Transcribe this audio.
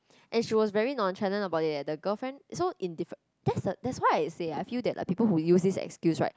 and she was very nonchalant about it eh the girlfriend so in different that's the that's why I say I feel that people who use this excuse right